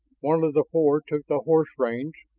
one of the four took the horse reins,